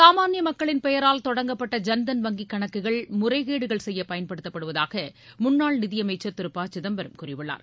சாமான்ய மக்களின் பெயரில் தொடங்கப்பட்ட ஜன்தன் வங்கி கணக்குகள் முறைகேடுகள் செய்ய பயன்படுத்தப்படுவதாக முன்னாள் நிதியமைச்சர் திரு ப சிதம்பரம் கூறியுள்ளார்